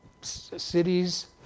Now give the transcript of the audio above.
cities